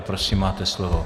Prosím, máte slovo.